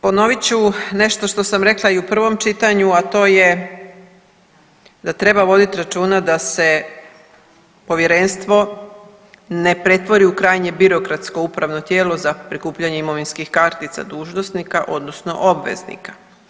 Ponovit ću nešto što sam rekla i u prvom čitanju, a to je da treba vodit računa da se povjerenstvo ne pretvori u krajnje birokratsko upravno tijelo za prikupljanje imovinskih kartica dužnosnika, odnosno obveznika.